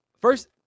First